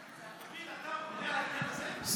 אביר, אתה ממונה על העניין הזה?